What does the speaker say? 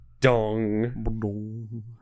Dong